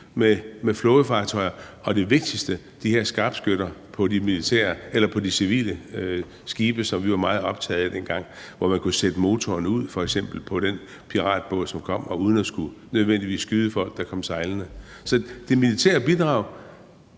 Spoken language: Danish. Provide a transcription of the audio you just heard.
med flådefartøjer. Og det vigtigste var de her skarpskytter på de civile skibe, som vi var meget optaget af dengang, hvor man f.eks. kunne sætte motoren ud på den piratbåd, som kom, uden nødvendigvis at skulle skyde folk, der kom sejlende. Så det militære bidrag